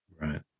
Right